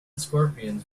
scorpions